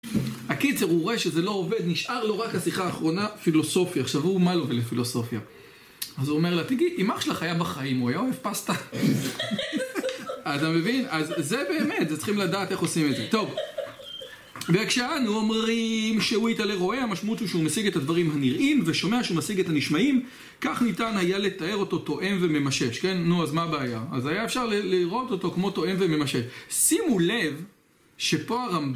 אקיצר הוא רואה שזה לא עובד, נשאר לו רק השיחה האחרונה, פילוסופיה. עכשיו הוא, מה לו איזה פילוסופיה? אז הוא אומר לה, תגידי, אם אח שלך היה בחיים? הוא היה אוהב פסטה. אתה מבין? אז זה באמת, זה צריכים לדעת איך עושים את זה. טוב. וכשאנו אומרים שהוא יתעלה רואה, המשמעות הוא שהוא משיג את הדברים הנראים, ושומע שהוא משיג את הנשמעים. כך ניתן היה לתאר אותו טועם וממשש, כן? נו, אז מה הבעיה? אז היה אפשר לראות אותו כמו טועם וממשש. שימו לב שפה הרמב"